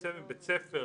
יוצא מבית ספר